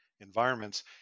environments